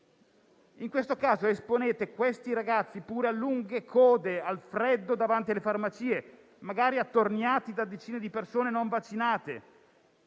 In questo caso, esponete quei ragazzi anche a lunghe code al freddo, davanti alle farmacie, magari attorniati da decine di persone non vaccinate